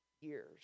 years